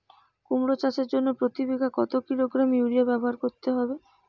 কুমড়ো চাষের জন্য প্রতি বিঘা কত কিলোগ্রাম ইউরিয়া ব্যবহার করতে হবে?